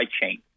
chain